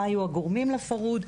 מה היו הגורמים לפרהוד,